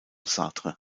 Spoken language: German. sartre